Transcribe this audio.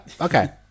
Okay